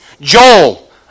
Joel